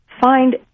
find –